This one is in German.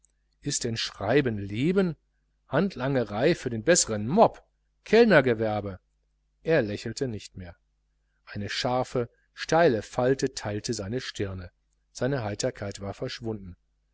ist denn schreiben leben handlangerei für den besseren mob kellnergewerbe er lächelte nicht mehr eine scharfe steile falte teilte seine stirne seine heiterkeit war verschwunden